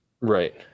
Right